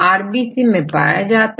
RBC में पाया जाता है